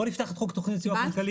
בואו נפתח את חוק תוכנית סיוע כלכלית.